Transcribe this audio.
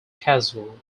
casual